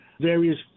various